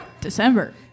December